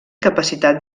capacitat